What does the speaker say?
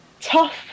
tough